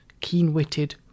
keen-witted